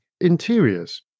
interiors